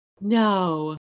no